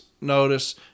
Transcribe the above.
notice